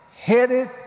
headed